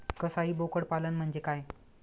कसाई बोकड पालन म्हणजे काय?